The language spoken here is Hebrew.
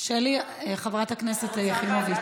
שלי, חברת הכנסת יחימוביץ?